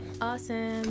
awesome